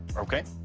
okay.